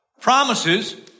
promises